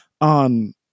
on